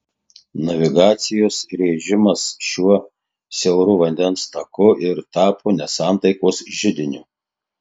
navigacijos režimas šiuo siauru vandens taku ir tapo nesantaikos židiniu